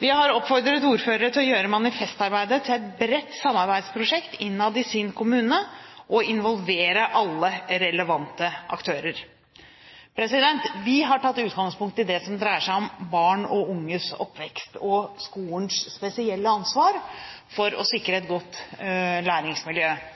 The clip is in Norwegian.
Vi har oppfordret ordførere til å gjøre manifestarbeidet til et bredt samarbeidsprosjekt innad i sin kommune, og involvere alle relevante aktører. Vi har tatt utgangspunkt i det som dreier seg om barn og unges oppvekst og skolens spesielle ansvar for å sikre et godt læringsmiljø.